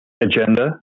agenda